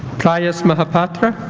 prayas mahapatra